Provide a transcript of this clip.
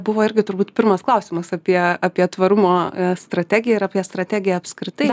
buvo irgi turbūt pirmas klausimas apie apie tvarumo strategiją ir apie strategiją apskritai